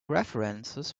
references